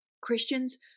Christians